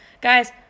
guys